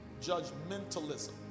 judgmentalism